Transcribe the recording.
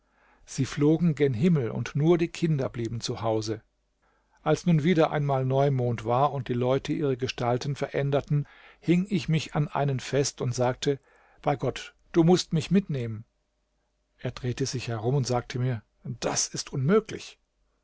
sie flogen gen himmel und nur die kinder blieben zu hause als nun wieder einmal neumond war und die leute ihre gestalten veränderten hing ich mich an einen fest und sagte bei gott du mußt mich mitnehmen er drehte sich herum und sagte mir dies ist unmöglich